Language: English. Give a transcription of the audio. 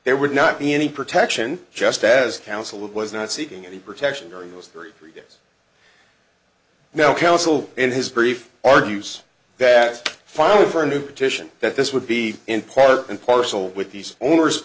there would not be any protection just as counsel of was not seeking any protection during those three years now counsel in his brief argues that filing for a new petition that this would be in part and parcel with these owners